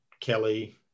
Kelly